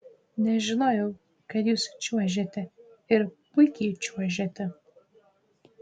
nežinojau kad jūs čiuožiate ir puikiai čiuožiate